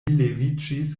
leviĝis